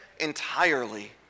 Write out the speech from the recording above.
entirely